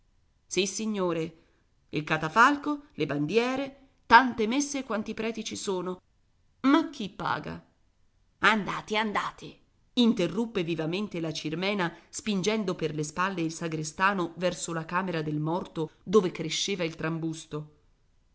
luca sissignore il catafalco le bandiere tante messe quanti preti ci sono ma chi paga andate andate interruppe vivamente la cirmena spingendo per le spalle il sagrestano verso la camera del morto dove cresceva il trambusto